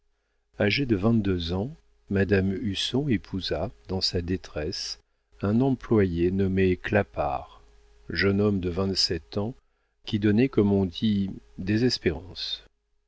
agée de vingt-deux ans madame husson épousa dans sa détresse un employé nommé clapart jeune homme de vingt-sept ans qui donnait comme on dit